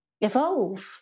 evolve